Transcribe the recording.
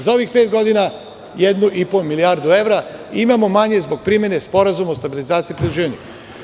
Za ovih pet godina, 1,5 milijardu evra, imamo manje zbog primene Sporazuma o stabilizaciji i pridruživanju.